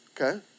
Okay